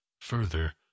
further